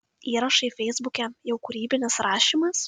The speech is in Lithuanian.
įrašai feisbuke jau kūrybinis rašymas